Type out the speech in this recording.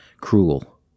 cruel